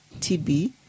TB